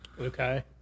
Okay